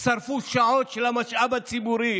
ששרפו שעות של המשאב הציבורי